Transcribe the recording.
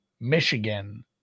Michigan